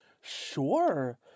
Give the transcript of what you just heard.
sure